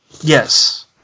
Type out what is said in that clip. Yes